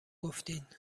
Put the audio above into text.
گفتین